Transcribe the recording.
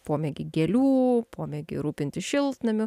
pomėgį gėlių pomėgį rūpintis šiltnamiu